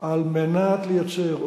על מנת לייצר,